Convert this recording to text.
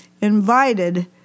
invited